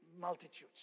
multitudes